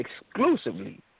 Exclusively